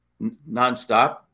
nonstop